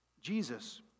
Jesus